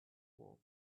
wall